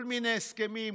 כל מיני הסכמים,